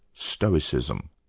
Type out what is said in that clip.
stoicism?